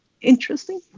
interesting